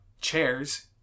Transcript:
chairs